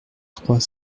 trois